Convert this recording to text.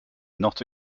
not